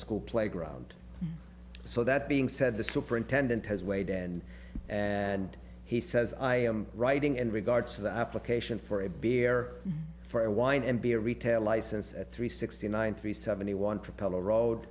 school playground so that being said the superintendent has weighed and and he says i am writing in regards to the application for a beer for wine and beer retail license at three sixty nine three seventy one propeller road